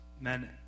men